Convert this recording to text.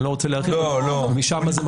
אני לא רוצה להרחיב, אבל משם זה מתחיל.